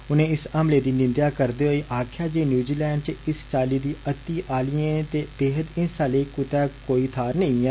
उनें इस हमले दी निन्देआ करदे होई आक्खेआ जे न्यूज़ीलैंड च चाल्ली दिएं अति आलियें ते बेहद हिंसा लेई कुतै कोई थाहर नेईं ऐ